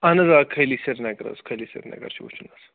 اَہَن حظ آ خٲلی سریٖنگر حظ خٲلی سرینگر چھِ وٕچھُن حظ